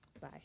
Bye